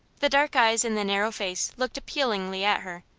the dark eyes in the narrow face looked appealingly at her.